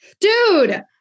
dude